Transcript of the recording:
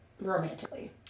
romantically